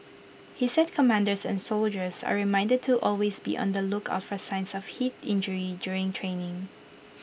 he said commanders and soldiers are reminded to always be on the lookout for signs of heat injury during training